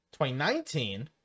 2019